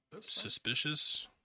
suspicious